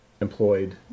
employed